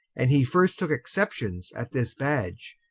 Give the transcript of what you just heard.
and he first tooke exceptions at this badge,